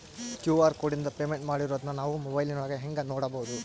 QR ಕೋಡಿಂದ payment ಮಾಡಿರೋದನ್ನ ನಾವು ಮೊಬೈಲಿನೊಳಗ ಹೆಂಗ ನೋಡಬಹುದು?